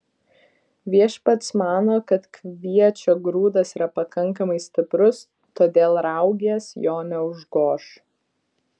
viešpats mano kad kviečio grūdas yra pakankamai stiprus todėl raugės jo neužgoš